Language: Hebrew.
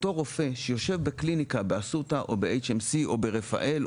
אותו רופא שיושב בקליניקה באסותא או ב-HMC או ברפאל,